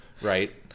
right